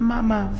Mama